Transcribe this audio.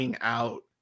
out